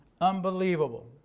Unbelievable